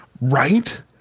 Right